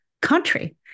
country